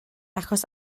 achos